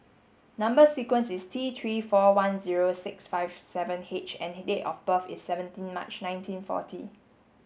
number sequence is T three four one zero six five seven H and date of birth is seventeenth March nineteen forty